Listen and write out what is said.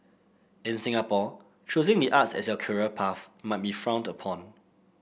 in Singapore choosing the arts as your career path might be frowned upon